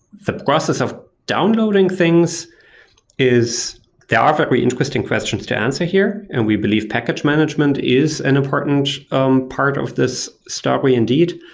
the process of downloading things is there are very interesting questions to answer here, and we believe package management is an important um part of this story indeed.